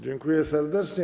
Dziękuję serdecznie.